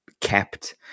kept